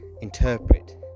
interpret